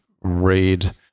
read